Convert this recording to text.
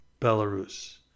Belarus